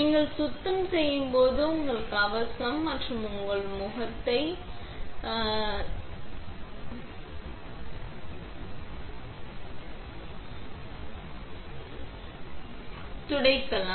நீங்கள் சுத்தம் செய்யும்போது உங்கள் கவசம் மற்றும் உங்கள் முகத்தை எடுக்கலாம்